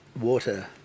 water